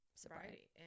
sobriety